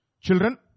children